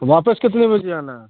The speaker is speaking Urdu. واپس کتنے بجے آنا ہے